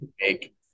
make